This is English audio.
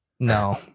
No